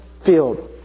field